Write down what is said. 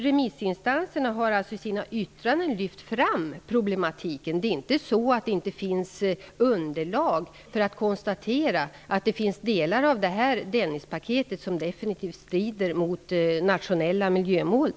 Remissinstanserna har också i sina yttranden lyft fram problematiken. Det är inte så att det inte finns underlag för att konstatera att delar av Dennispaketet definitivt strider mot t.ex. nationella miljömål.